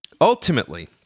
Ultimately